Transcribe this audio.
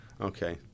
Okay